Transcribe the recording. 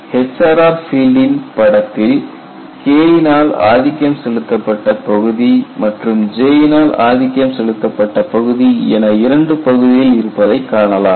HRR பீல்ட்டின் படத்தில் K னால்ஆதிக்கம் செலுத்தப்பட்ட பகுதி மற்றும் J னால்ஆதிக்கம் செலுத்தப்பட்ட பகுதி என இரண்டு பகுதிகள் இருப்பதைக் காணலாம்